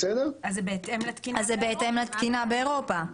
אז זה בהתאם לתקינה באירופה?